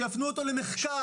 שיפנו אותה למחקר,